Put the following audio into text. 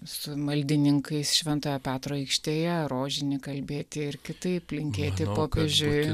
su maldininkais šventojo petro aikštėje rožinį kalbėti ir kitaip linkėti popiežiui